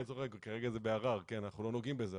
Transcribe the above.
כרגע זה בערר כי אנחנו לא נוגעים בזה,